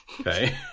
Okay